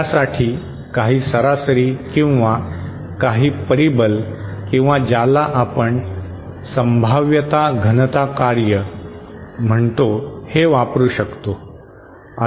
त्यासाठी काही सरासरी किंवा काही परिबल किंवा ज्याला आपण संभाव्यता घनता कार्य म्हणतो हे वापरू शकतो